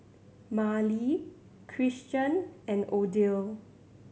Marley Christion and Odile